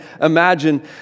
imagine